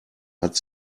hat